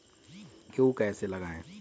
गेहूँ कैसे लगाएँ?